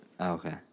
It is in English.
Okay